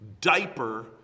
diaper